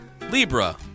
Libra